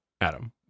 adam